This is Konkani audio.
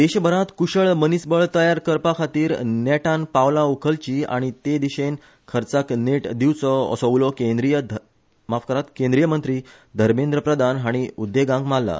देशभरांत क्रशळ मनीसबळ तयार करपा खातीर नेटान पावलां उखलची आनी ते दिशेन खर्चाक नेट दिवचो असो उलो केंद्रीयमंत्री धमेंद्र प्रधान हाणी उद्देगांक मारला